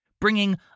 bringing